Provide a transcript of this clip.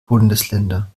bundesländer